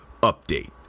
Update